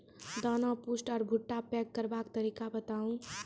दाना पुष्ट आर भूट्टा पैग करबाक तरीका बताऊ?